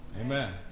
Amen